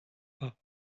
pas